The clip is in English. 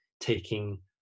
taking